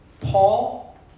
Paul